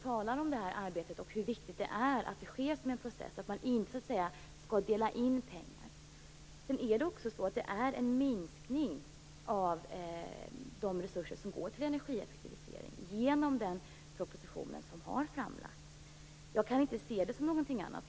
Denne framhåller hur viktigt det är att det här arbetet bedrivs som en process och att pengarna inte skall delas upp. Jag kan inte heller se annat än att det i den framlagda propositionen föreslås en minskning av de resurser som går till energieffektivisering.